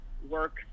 work